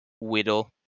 Whittle